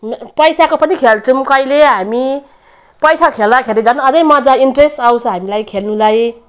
पैसाको पनि खेल्छौँ कहिले हामी पैसाको खेल्दाखेरि झन् अझै मजा इन्ट्रेस्ट आउँछ हामीलाई खेल्नुलाई